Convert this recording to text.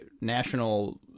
national